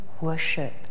worship